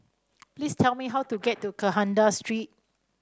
please tell me how to get to Kandahar Street